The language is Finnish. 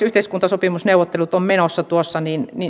yhteiskuntasopimusneuvottelut ovat menossa niin